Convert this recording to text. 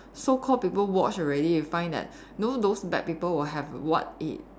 so called people watch already will find that know those bad people will have a what it